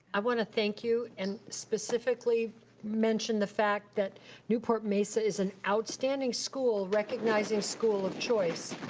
i wanna thank you and specifically mention the fact that newport-mesa is an outstanding school, recognizing school of choice,